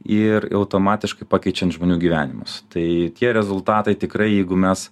ir automatiškai pakeičiant žmonių gyvenimus tai tie rezultatai tikrai jeigu mes